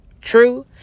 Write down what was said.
True